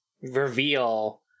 reveal